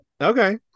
Okay